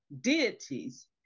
deities